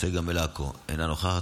צגה מלקו, אינה נוכחת.